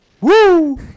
Woo